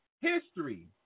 History